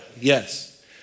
Yes